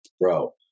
Bro